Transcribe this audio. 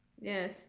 Yes